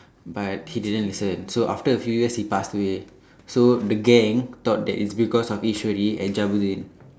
but he didn't listen so after a few years he passed away so the gang thought that it's because of Eswari and Jabudeen